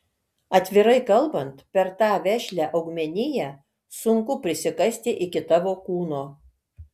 atvirai kalbant per tą vešlią augmeniją sunku prisikasti iki tavo kūno